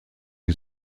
die